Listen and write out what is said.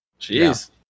Jeez